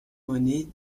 monnaie